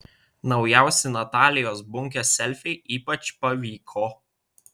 naujausi natalijos bunkės selfiai ypač pavyko